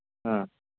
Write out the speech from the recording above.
ꯑ